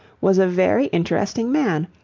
was a very interesting man,